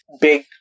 big